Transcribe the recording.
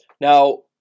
Now